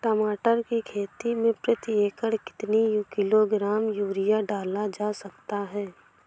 टमाटर की खेती में प्रति एकड़ कितनी किलो ग्राम यूरिया डाला जा सकता है?